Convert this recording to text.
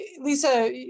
Lisa